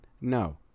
No